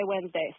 Wednesday